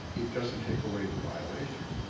it doesn't take away the violation.